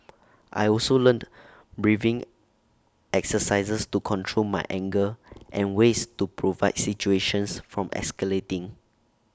I also learnt breathing exercises to control my anger and ways to provide situations from escalating